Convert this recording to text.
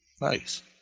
nice